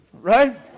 Right